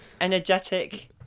energetic